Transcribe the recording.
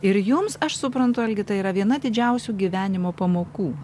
ir jums aš suprantu algi tai yra viena didžiausių gyvenimo pamokų